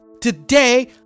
today